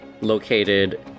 located